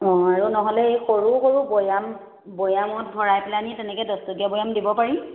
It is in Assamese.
অঁ আৰু নহ'লে এই সৰু সৰু বৈয়াম বৈয়ামত ভৰাই পেলাই আনি তেনেকে দহটকীয়া বৈয়াম দিব পাৰিম